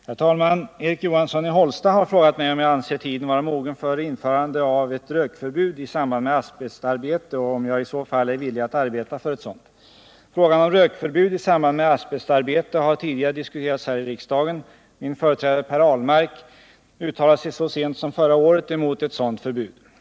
Erik Johanssons i Hållsta den 8 november anmälda fråga, 1978/79:107, och AN(Crde: ; É :” Ö Om rökförbud i Herr talman! Erik Johansson i Hållsta har frågat mig om jag anser tiden samband "med vara mogen för införande av ett rökförbud i samband med asbestarbete och ;| ER Nr asbestarbeten om jag i så fall är villig att arbeta för ett sådant. Frågan om rökförbud i samband med asbestarbete har tidigare diskuterats här i riksdagen. Min företrädare, Per Ahlmark, uttalade sig så sent som förra året emot ett sådant förbud.